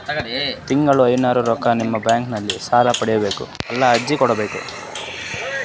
ತಿಂಗಳ ಐನೂರು ರೊಕ್ಕ ನಿಮ್ಮ ಬ್ಯಾಂಕ್ ಅಲ್ಲಿ ಸಾಲ ಪಡಿಬೇಕಂದರ ಎಲ್ಲ ಅರ್ಜಿ ಕೊಡಬೇಕು?